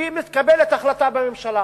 כי מתקבלת החלטה בממשלה.